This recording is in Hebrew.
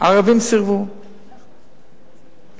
הערבים סירבו, נכון?